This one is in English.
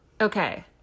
Okay